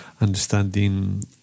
understanding